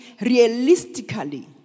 realistically